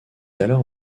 alors